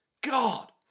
God